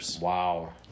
Wow